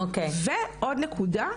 עוד נקודה,